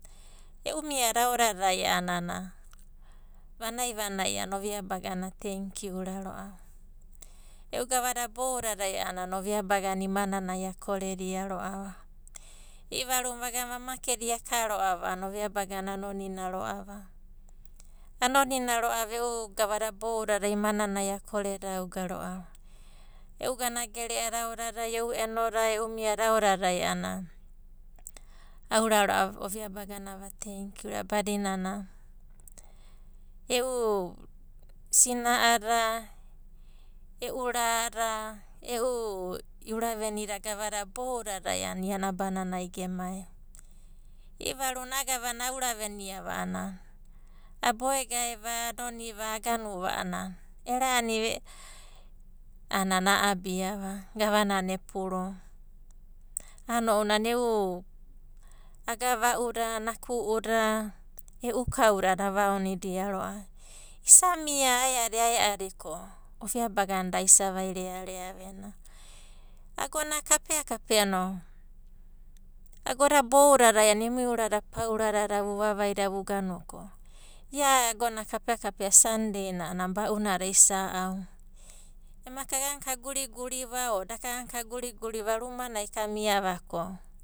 E'u miada aodadai a'ana vanai vanai a'ana ovia baga a tenkiu ra ro'ava. E'u gavada boudadai a'ana ovia bagana imananai a koredia ro'ava. I'ivaruna vagana va makedi akaro'ava a'ana ovia bagana anonina ro'ava, anonina ro'ava e'u gavada boudadi imananai akoredouga ro'ava. E'u ganagera'a da aodadai, e'u enoda, e'u miada aodadai a'ana, aura ro'ava ovia bagana va tenkiu ra badinana e'u sina'ada, e'u rada mai e'u iuravenida gavadada boudadai a'ana iana abananai gemai va. I'ivaru na a'a gavana auraveniva a'anana a'ana, aboe gae va, anoniva eraniva a'ana a'abiava, gavanana epuruvia. A'ana ounanai e'u, agava'uda, naku'uda, e'u kauda a'ana avoanodia ro'ava isa mia ae'adi ae'adi ko, ovia bagana da isa vairerea vena. Agona kapea kapea no, agoda boudadai a'ana emui urada pauradada vuvavaida ko ia agona kapea kapea sandei na a'ana ba'unada is au. Ema kagana ka guriguriva o da kagana ka guriguri va rumanai kamiava ko.